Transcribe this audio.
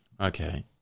Okay